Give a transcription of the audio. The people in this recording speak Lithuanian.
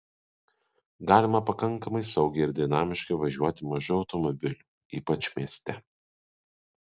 galima pakankamai saugiai ir dinamiškai važiuoti mažu automobiliu ypač mieste